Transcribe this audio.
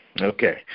Okay